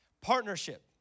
Partnership